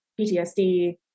PTSD